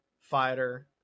fighter